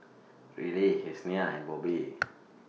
Ryleigh Yessenia and Bobbi